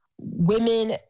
women